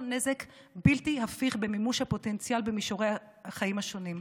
נזק בלתי הפיך במימוש הפוטנציאל במישורי החיים השונים,